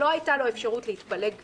לא הייתה לו אפשרות להתפלג כדין,